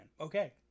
Okay